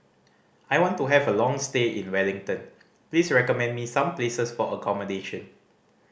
I want to have a long stay in Wellington please recommend me some places for accommodation